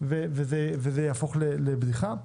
וזה יהפוך לבדיחה.